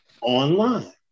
online